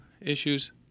issues